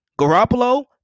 Garoppolo